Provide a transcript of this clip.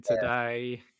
today